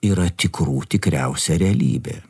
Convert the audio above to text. yra tikrų tikriausia realybė